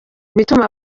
bituma